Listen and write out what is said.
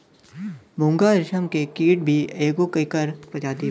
मूंगा रेशम के कीट भी एगो एकर प्रजाति बा